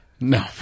No